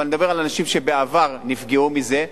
אבל אני מדבר על אנשים שבעבר נפגעו מזה,